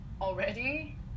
already